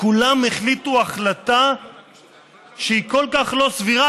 כולם החליטו החלטה שהיא כל כך לא סבירה,